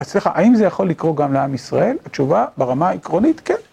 אז סליחה, האם זה יכול לקרוא גם לעם ישראל, התשובה? ברמה העקרונית, כן.